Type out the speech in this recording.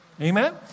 Amen